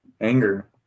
anger